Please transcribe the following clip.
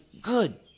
good